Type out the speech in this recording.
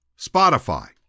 Spotify